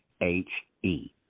H-E